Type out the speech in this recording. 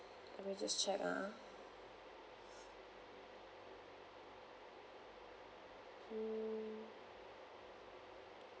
let me just check ah